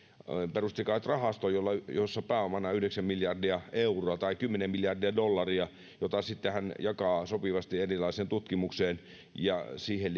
perusti kai rahaston jossa on pääomana yhdeksän miljardia euroa tai kymmenen miljardia dollaria jota sitten hän jakaa sopivasti erilaiseen tutkimukseen ja siihen